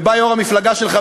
ובא יושב-ראש המפלגה שלך,